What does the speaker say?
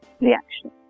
reaction